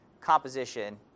composition